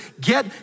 get